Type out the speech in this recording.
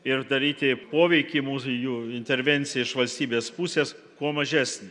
ir daryti poveikį mūsų jų intervencijai iš valstybės pusės kuo mažesnę